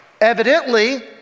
Evidently